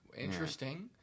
Interesting